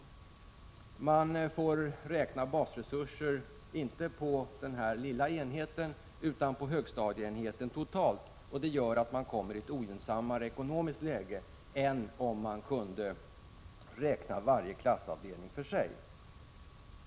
Skolorna får räkna basresurser inte på den lilla enheten utan på högstadieenheten totalt, och det gör att de kommer i ett ogynnsammare ekonomiskt läge än om de kunde räkna varje klassavdelning för sig.